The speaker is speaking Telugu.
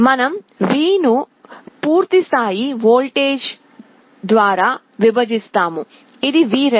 మనం ఈ V ను పూర్తి స్థాయి వోల్టేజ్ ద్వారా విభజిస్తాము ఇది Vref